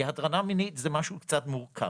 כי הטרדה מינית זה משהו קצת מורכב.